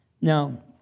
Now